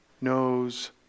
knows